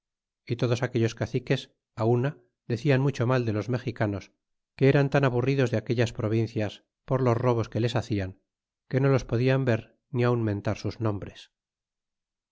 y todos aquellos caciques una decian mucho mal de los mexicanos que eran tan aburridos de aquellas provincias por los robos que les bacian que no los podian ver ni aun mentar sus nombres